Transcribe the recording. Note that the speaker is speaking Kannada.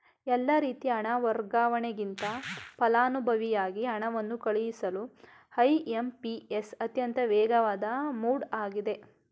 ಎಲ್ಲಾ ರೀತಿ ಹಣ ವರ್ಗಾವಣೆಗಿಂತ ಫಲಾನುಭವಿಗೆ ಹಣವನ್ನು ಕಳುಹಿಸಲು ಐ.ಎಂ.ಪಿ.ಎಸ್ ಅತ್ಯಂತ ವೇಗವಾದ ಮೋಡ್ ಆಗಿದೆ